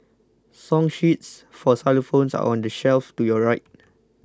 song sheets for xylophones are on the shelf to your right